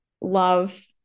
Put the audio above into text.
love